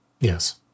Yes